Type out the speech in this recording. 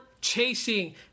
chasing